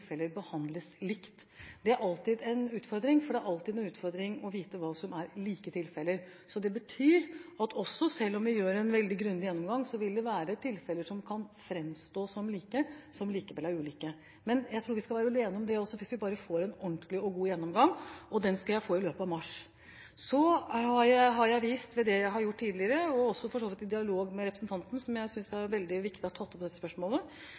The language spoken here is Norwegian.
behandles likt. Det er alltid en utfordring, for det er alltid en utfordring å vite hva som er like tilfeller. Det betyr at selv om vi gjør en veldig grundig gjennomgang, vil det være tilfeller som kan framstå som like, som likevel er ulike. Men jeg tror vi kan være enige om at vi får en ordentlig og god gjennomgang – den skal jeg få i løpet av mars. Så har jeg vist ved det jeg har gjort tidligere, og for så vidt også i dialog med representanten som jeg synes har tatt opp